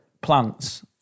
plants